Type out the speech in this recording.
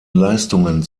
leistungen